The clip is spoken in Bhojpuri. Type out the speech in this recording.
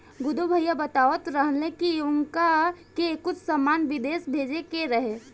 गुड्डू भैया बतलावत रहले की उनका के कुछ सामान बिदेश भेजे के रहे